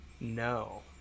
No